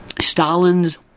Stalin's